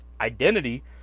identity